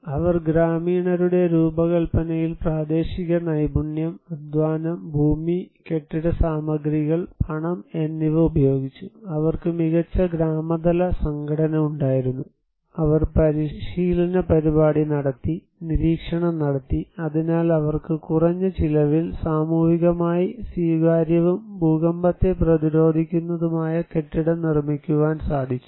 അവർ ഗ്രാമീണരുടെ രൂപകൽപ്പനയിൽ പ്രാദേശിക നൈപുണ്യം അധ്വാനം ഭൂമി കെട്ടിടസാമഗ്രികൾ പണം എന്നിവ ഉപയോഗിച്ചു അവർക്ക് മികച്ച ഗ്രാമതല സംഘടന ഉണ്ടായിരുന്നു അവർ പരിശീലന പരിപാടി നടത്തി നിരീക്ഷണം നടത്തി അതിനാൽ അവർക്ക് കുറഞ്ഞ ചിലവിൽ സാമൂഹികമായി സ്വീകാര്യവും ഭൂകമ്പത്തെ പ്രതിരോധിക്കുന്നതുമായ കെട്ടിടം നിർമ്മിക്കുവാൻ സാധിച്ചു